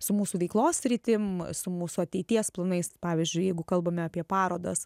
su mūsų veiklos sritim su mūsų ateities planais pavyzdžiui jeigu kalbame apie parodas